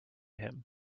him